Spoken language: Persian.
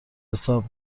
حساب